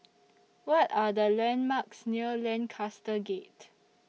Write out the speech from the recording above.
What Are The landmarks near Lancaster Gate